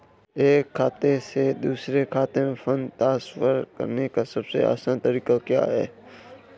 एक खाते से दूसरे खाते में फंड ट्रांसफर करने का सबसे आसान तरीका क्या है?